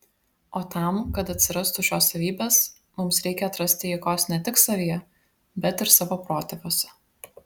o tam kad atsirastų šios savybės mums reikia atrasti jėgos ne tik savyje bet ir savo protėviuose